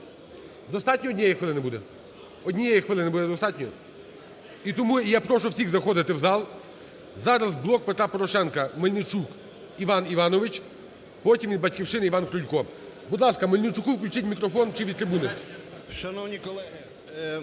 Достатньо однієї хвилини буде? Однієї хвилини буде достатньо? І тому… І я прошу всіх заходити в зал. Зараз "Блок Петра Порошенка". Мельничук Іван Іванович. Потім від "Батьківщини" – Іван Крулько. Будь ласка, Мельничуку включіть мікрофон. Чи від трибуни?